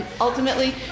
ultimately